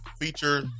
feature